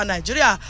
Nigeria